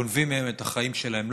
גונבים מהם את החיים שלהם,